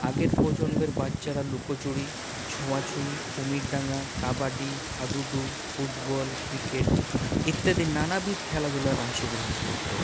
আগের প্রজন্মের বাচ্চারা লুকোচুরি ছোঁয়াছুঁয়ি কুমির ডাঙা কাবাডি হাডুডু ফুটবল ক্রিকেট ইত্যাদি নানাবিধ খেলাধুলায় অংশগ্রহণ করতো